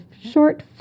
short